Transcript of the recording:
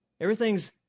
Everything's